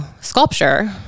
sculpture